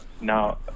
Now